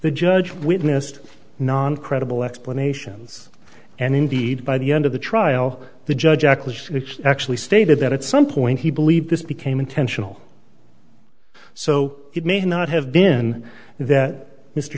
the judge witnessed non credible explanations and indeed by the end of the trial the judge acknowledged which actually stated that at some point he believed this became intentional so it may not have been that mr